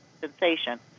sensation